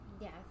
Yes